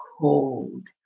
cold